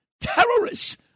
terrorists